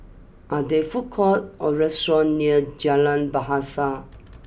are there food courts or restaurants near Jalan Bahasa